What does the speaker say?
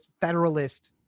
Federalist